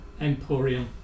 Emporium